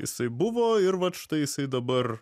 jisai buvo ir vat štai jisai dabar